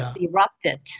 erupted